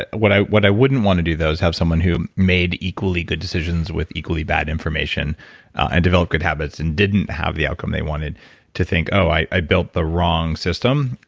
what i what i wouldn't want to do though is have someone who made equally good decisions with equally bad information and developed good habits and didn't have the outcome they wanted to think, oh, i built the wrong system.